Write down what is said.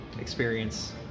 experience